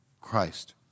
Christ